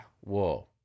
Whoa